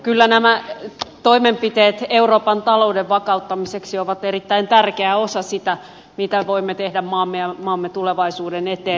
kyllä nämä toimenpiteet euroopan talouden vakauttamiseksi ovat erittäin tärkeä osa sitä mitä voimme tehdä maamme ja maamme tulevaisuuden eteen